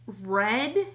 red